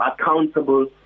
accountable